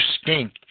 stink